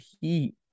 heat